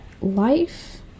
life